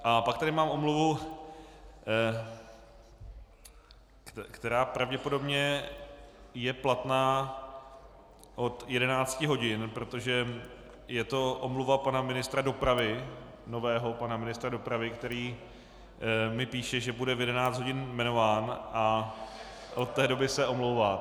A pak tady mám omluvu, která pravděpodobně je platná od 11 hodin, protože je to omluva pana ministra dopravy, nového pana ministra dopravy, který mi píše, že bude v 11 hodin jmenován a od té doby se omlouvá.